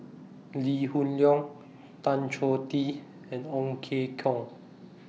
Lee Hoon Leong Tan Choh Tee and Ong Ye Kung